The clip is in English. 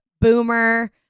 boomer